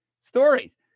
stories